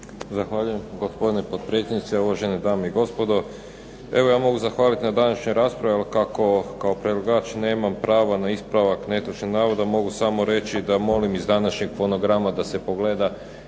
Zahvaljujem gospodine potpredsjedniče, uvažene dame i gospodo. Evo ja mogu zahvaliti na današnjoj raspravi kako kao predlagač nemam pravo na ispravak netočnih navoda mogu samo reći da molim iz današnjeg fonograma da se pogleda